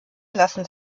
lassen